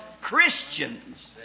Christians